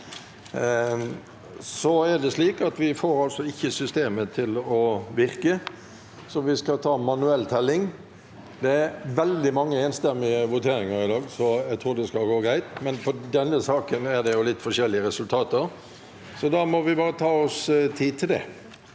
Vi får ikke systemet til å virke, så vi må foreta manuell opptelling. Det er veldig mange enstemmige voteringer i dag, så jeg tror det skal gå greit, men i denne saken er det litt forskjellige resultater. Vi må bare ta oss tid til det.